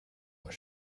what